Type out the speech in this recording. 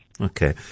Okay